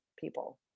people